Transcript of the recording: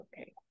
Okay